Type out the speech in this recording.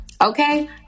Okay